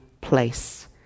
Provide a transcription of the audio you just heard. place